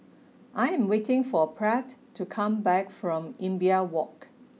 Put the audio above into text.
I am waiting for Pratt to come back from Imbiah Walk